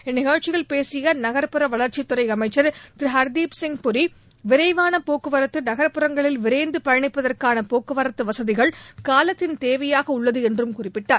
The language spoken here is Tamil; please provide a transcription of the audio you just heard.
இந்நிகழ்ச்சியில் பேசிய நகர்ப்பற வளர்ச்சித்துறை அமைச்சர் திரு ஹர்தீப்சிங் பூரி விரைவான போக்குவரத்து நகா்ப்புறங்களில் விரைந்து பயணிப்பதற்கான போக்குவரத்து வசதிகள் காலத்தின் தேவையாக உள்ளது என்றும் குறிப்பிட்டார்